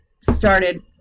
started